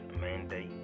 Mandate